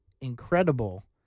incredible